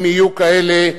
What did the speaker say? אם יהיו כאלה.